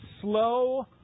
slow